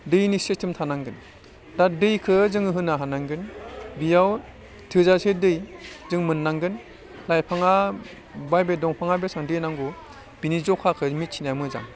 दैनि सिस्टेम थानांगोन दा दैखौ जोङो होनो हानांगोन बियाव थोजासे दै जों मोननांगोन लाइफाङा बा बे दंफाङा बेसेबां दै नांगौ बेनि जखाखौ मिथिनाया मोजां